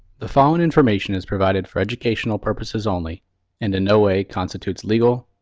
the following information is provided for educational purposes only and in no way constitutes legal,